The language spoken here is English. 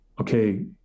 okay